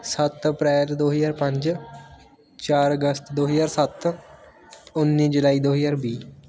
ਸੱਤ ਅਪ੍ਰੈਲ ਦੋ ਹਜ਼ਾਰ ਪੰਜ ਚਾਰ ਅਗਸਤ ਦੋ ਹਜ਼ਾਰ ਸੱਤ ਉੱਨੀ ਜੁਲਾਈ ਦੋ ਹਜ਼ਾਰ ਵੀਹ